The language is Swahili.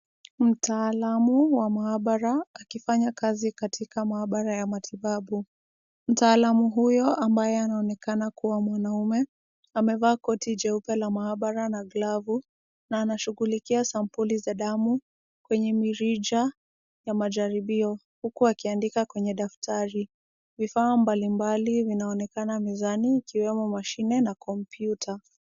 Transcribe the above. Mtaalamu wa maabara akifanya kazi katika maabara ya matibabu. Mtaalamu huyo ambaye anaonekana kuwa mwanaume amevaa koti jeupe la maabara na glavu na anashughulikia sampuli za damu kwenye mirija ya majaribio huku akiandika kwenye daftari. Vifaa mbalimbali vinaonekana mezani ikiwemo mashine na kompyuta.